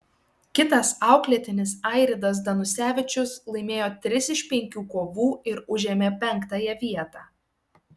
kitas auklėtinis airidas danusevičius laimėjo tris iš penkių kovų ir užėmė penktąją vietą